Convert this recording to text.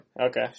Okay